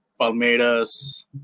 Palmeiras